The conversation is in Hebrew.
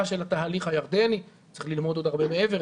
של התהליך הירדני שצריך ללמוד עוד הרבה מעבר,